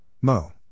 Mo